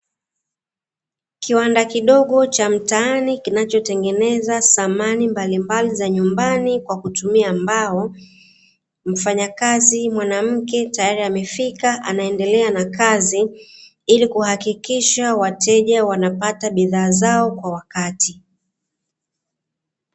Kiwanda kidogo cha mtaani kinachotengeneza samani mbalimbali za mtaani kwa kutumia mbao, mfanyakazi mwanamke tayari amefika anaendelea na kazi, ili kuhakikisha wateja wanapata bidhaa zao kwa wakati.